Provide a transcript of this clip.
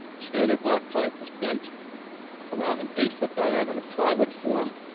standard black pipe was bent around an eight foot diameter plywood form.